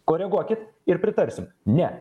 koreguokit ir pritarsim ne